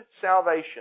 salvation